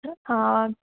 ਹਾਂ